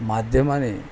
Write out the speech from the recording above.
माध्यमाने